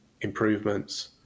improvements